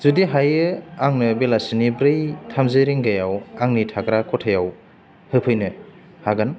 जुदि हायो आंनो बेलासिनि ब्रै थामजि रिंगायाव आंनि थाग्रा ख'थायाव होफैनो हागोन